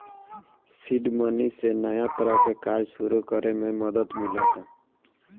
seed money से नया तरह के कार्य सुरू करे में मदद मिलता